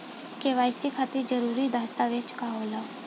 KYC खातिर जरूरी दस्तावेज का का होला?